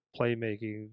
playmaking